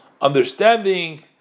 understanding